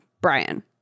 Brian